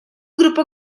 grupo